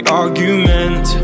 argument